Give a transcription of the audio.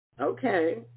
Okay